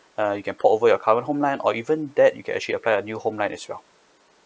uh you can port over your current home line or even that you can actually apply a new home line as well